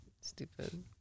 Stupid